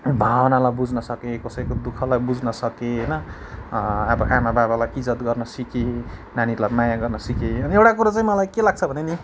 भावनालाई बुझ्न सकेँ कसैको दुःखलाई बुझ्न सकेँ होइन अब आमा बाबालाई इज्जत गर्न सिकेँ नानीहरूलाई माया गर्न सिकेँ अनि एउटा कुरा चाहिँ मलाई के लाग्छ भने नि